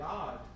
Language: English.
God